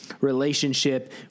relationship